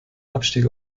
abstieg